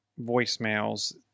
voicemails